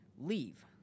leave